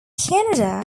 canada